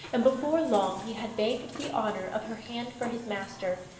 and before long he had begged the honour of her hand for his master.